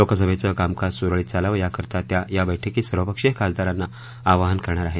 लोकसभेचं कामकाज सुरळीत चालावं याकरता त्या या बैठकीत सर्व पक्षीय खासदारांना आवाहन करणार आहेत